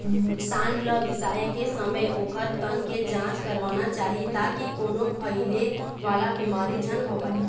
सांड ल बिसाए के समे ओखर तन के जांच करवाना चाही ताकि कोनो फइले वाला बिमारी झन होवय